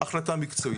החלטה מקצועית.